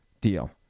deal